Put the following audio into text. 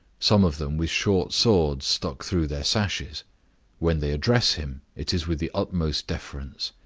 some of them with short swords stuck through their sashes when they address him, it is with the utmost deference.